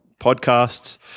podcasts